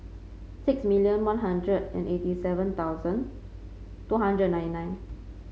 six million One Hundred and eighty seven thousand two hundred and nine nine